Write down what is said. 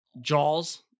Jaws